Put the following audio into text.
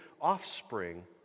offspring